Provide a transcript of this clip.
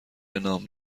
نام